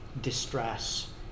Distress